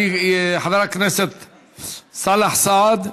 חבר הכנסת סאלח סעד,